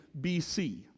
BC